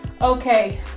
Okay